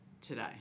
today